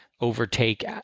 overtake